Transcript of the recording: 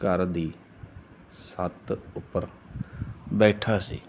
ਘਰ ਦੀ ਛੱਤ ਉੱਪਰ ਬੈਠਾ ਸੀ